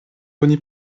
oni